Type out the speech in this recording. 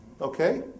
Okay